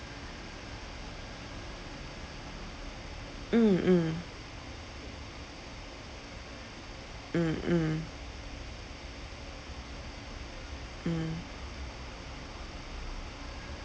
mm mm mm mm) mm